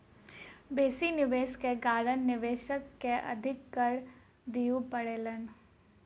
बेसी निवेश के कारण निवेशक के अधिक कर दिअ पड़लैन